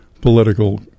political